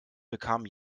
bekam